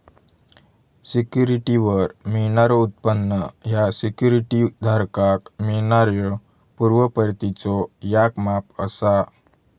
सिक्युरिटीवर मिळणारो उत्पन्न ह्या सिक्युरिटी धारकाक मिळणाऱ्यो पूर्व परतीचो याक माप असा